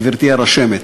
גברתי הרשמת,